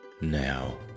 now